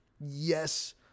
Yes